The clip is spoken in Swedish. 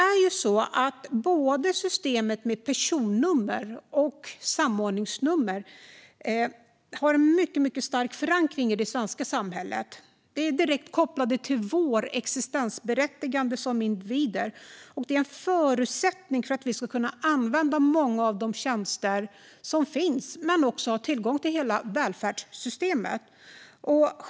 Systemen med personnummer och samordningsnummer har mycket stark förankring i det svenska samhället. De är direkt kopplade till vårt existensberättigande som individer och är en förutsättning för att vi ska kunna använda många av de tjänster som finns men också ha tillgång till hela välfärdssystemet.